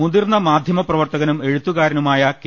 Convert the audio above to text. മുതിർന്ന മാധ്യമ പ്രവർത്തകനും എഴുത്തുകാരനുമായ കെ